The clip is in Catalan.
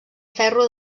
ferro